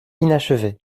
inachevé